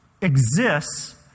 exists